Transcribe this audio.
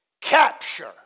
capture